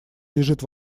лежит